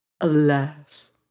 alas